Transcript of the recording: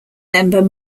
member